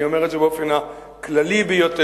אני אומר את זה באופן הכללי ביותר.